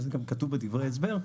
וזה גם כתוב בדברי ההסבר,